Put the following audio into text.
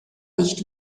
nicht